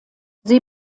sie